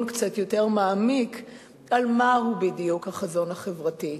קצת יותר מעמיק על מה הוא בדיוק החזון החברתי.